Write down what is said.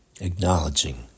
acknowledging